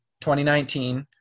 2019